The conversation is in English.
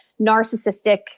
narcissistic